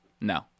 No